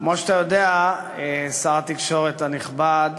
כמו שאתה יודע, שר התקשורת הנכבד,